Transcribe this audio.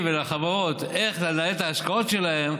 למוסדיים ולחברות איך לנהל את ההשקעות שלהן,